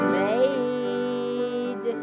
made